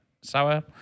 sour